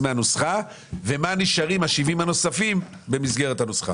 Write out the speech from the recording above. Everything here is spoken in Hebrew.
מהנוסחה ומה נשארים ה-70 הנוספים במסגרת הנוסחה?